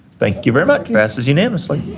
thank you very much. passes unanimously.